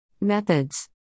Methods